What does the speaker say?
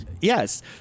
Yes